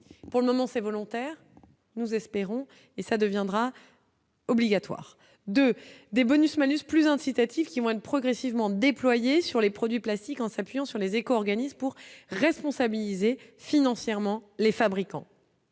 pour le moment c'est volontaire, nous espérons et ça deviendra. Obligatoire de des bonus malus plus incitatif, qui vont être progressivement déployés sur les produits Plastiques en s'appuyant sur les éco-organismes pour responsabiliser financièrement les fabricants.